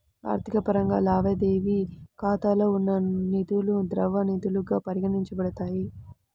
ఆర్థిక పరంగా, లావాదేవీ ఖాతాలో ఉన్న నిధులుద్రవ నిధులుగా పరిగణించబడతాయి